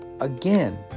again